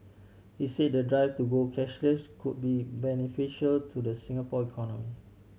he say the drive to go cashless could be beneficial to the Singapore economy